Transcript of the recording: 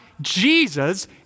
Jesus